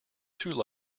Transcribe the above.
through